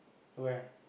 where